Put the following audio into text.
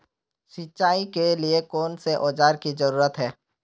सिंचाई के लिए कौन कौन से औजार की जरूरत है?